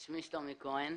שמי שלומי כהן.